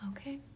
Okay